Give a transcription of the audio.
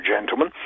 gentlemen